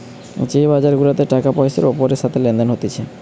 যে বাজার গুলাতে টাকা পয়সার ওপরের সাথে লেনদেন হতিছে